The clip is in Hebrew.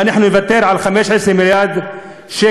ואנחנו נוותר על אולי 15 מיליארד שקל,